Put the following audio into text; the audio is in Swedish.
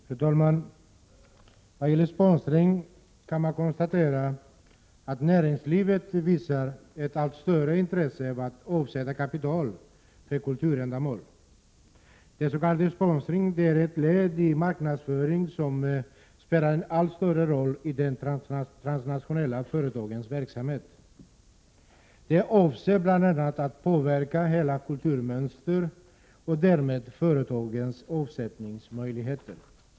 Fru talman! När det gäller sponsring kan man konstatera att näringslivet visar ett allt större intresse av att avsätta kapital till kulturändamål. Sponsringen är ett led i en marknadsföring som spelar en allt större roll i de transnationella företagens verksamhet. Den avser bl.a. att påverka hela kulturmönstret och därmed företagens avsättningsmöjligheter.